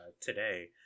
today